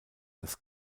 das